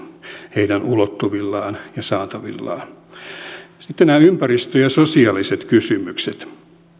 heidän ulottuvillaan ja saatavillaan sitten nämä ympäristö ja sosiaaliset kysymykset